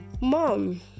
mom